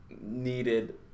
needed